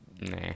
Nah